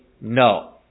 no